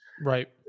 Right